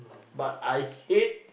but I hate